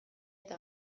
eta